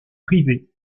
privée